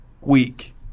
week